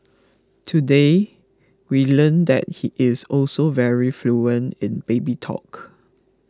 today we learned that he is also very fluent in baby talk